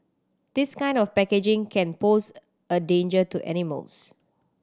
this kind of packaging can pose a danger to animals